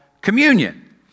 communion